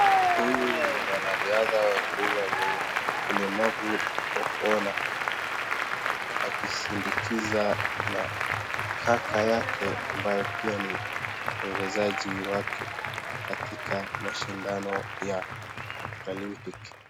Huyu ni mwanariadha wa kenya mwenye ulemavu wa kuona akisindikiza na kaka yake ambaye pia ni mwongozaji wake katika mashindano ya Paralympic.